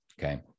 Okay